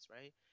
right